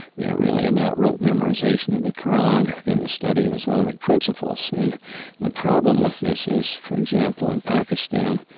they're really about rote memorization of the qur'an and the study of islamic principles. and the problem with this is, is, for example, in pakistan,